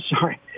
sorry